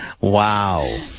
Wow